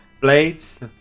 Blades